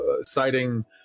citing